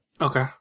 Okay